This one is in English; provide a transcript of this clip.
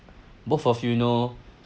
both of you know